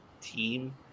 team